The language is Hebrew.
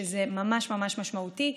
שזה ממש ממש משמעותי.